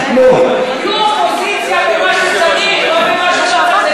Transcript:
תהיו אופוזיציה במה שצריך, לא במה שלא צריך.